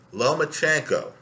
Lomachenko